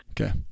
Okay